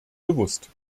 bewusst